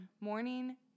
morning